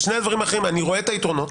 בשני הדברים האחרונים אני רואה את היתרונות,